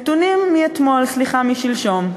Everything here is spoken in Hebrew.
נתונים מאתמול, סליחה, משלשום.